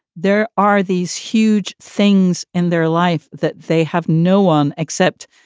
there are these huge things in their life that they have no one except,